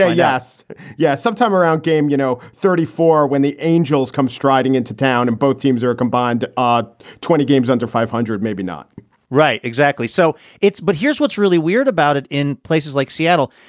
yes yeah. sometime around game, you know, thirty four when the angels come striding into town and both teams are combined on twenty games under five hundred, maybe not right. exactly. so it's. but here's what's really weird about it. in places like seattle,